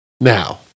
Now